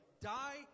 die